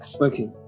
okay